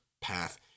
path